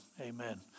Amen